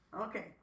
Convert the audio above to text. Okay